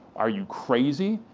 are you crazy,